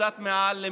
קצת מעל,